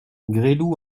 gresloup